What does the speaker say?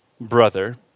brother